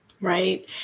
Right